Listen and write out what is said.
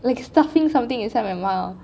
like stuffing something inside my mouth